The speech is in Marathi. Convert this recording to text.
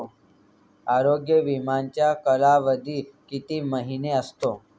आरोग्य विमाचा कालावधी किती महिने असतो?